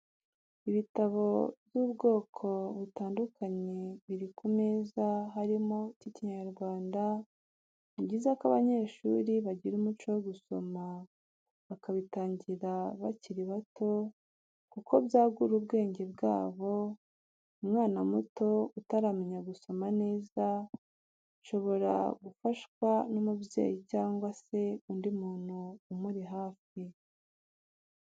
Ibitabo by'ubwoko butandukanye biri ku meza harimo icy'Ikinyarwanda, ni byiza ko abanyeshuri bagira umuco wo gusoma bakabitangira bakiri bato kuko byagura ubwenge bwabo, umwana muto utaramenya gusoma neza shobora gufashwa n'umubyeyi cyangwa se undi muntu umuri hafi.